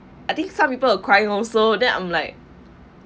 I think some people are crying also then I'm like